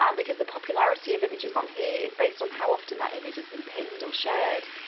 um because the popularity of images on here is based on how often that image has been pinned or shared.